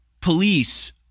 Police